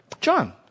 John